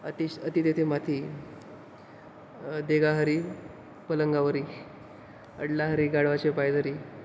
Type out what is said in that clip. अतिश अति तेथे माती देगा हरी पलंगावरी अडला हरी गाढवाचे पाय धरी